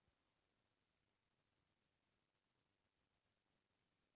सरना धान के रोपाई कब करे जाथे?